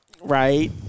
Right